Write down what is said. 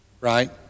right